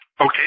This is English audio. Okay